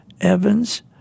evans